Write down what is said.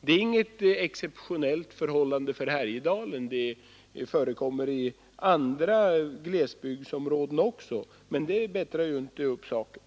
Det är inget exceptionellt för Härjedalen, utan det förekommer i andra glesbygdsområden också, men det bättrar inte upp saken.